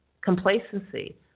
complacency